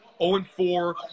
0-4